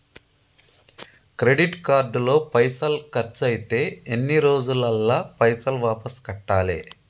Credit card లో పైసల్ ఖర్చయితే ఎన్ని రోజులల్ల పైసల్ వాపస్ కట్టాలే?